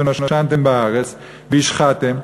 ונושנתם בארץ והשחתם"